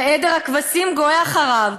ועדר הכבשים גועה אחריו,